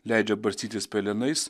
leidžia barstytis pelenais